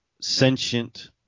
sentient